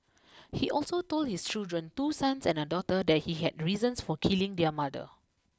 he also told his children two sons and a daughter that he had reasons for killing their mother